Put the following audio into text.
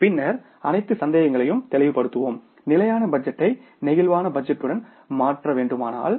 பின்னர் அனைத்து சந்தேகங்களையும் தெளிவுபடுத்துவோம் ஸ்டாடிக் பட்ஜெட்டை பிளேக்சிபிள் பட்ஜெட்டுடன் மாற்ற வேண்டுமானால்